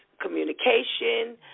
communication